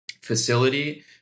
facility